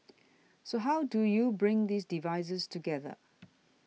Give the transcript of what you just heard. so how do you bring these devices together